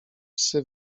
psy